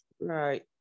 right